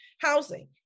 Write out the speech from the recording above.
housing